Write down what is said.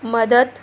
मदत